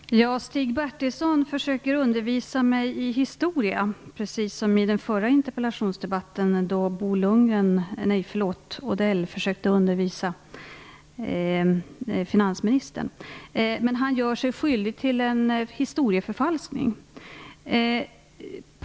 Herr talman! Stig Bertilsson försöker undervisa mig i historia, liksom Mats Odell i den förra interpellationsdebatten försökte undervisa finansministern. Stig Bertilsson gör sig dock skyldig till historieförfalskning.